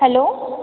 hello